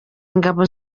inzego